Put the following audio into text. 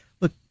look